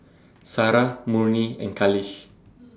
Sarah Murni and Khalish